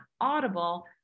Audible